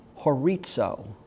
horizo